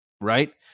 right